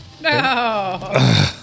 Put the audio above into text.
No